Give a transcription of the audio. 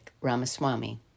Ramaswamy